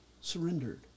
surrendered